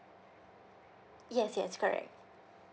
yes yes correct